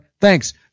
thanks